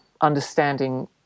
understanding